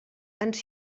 ens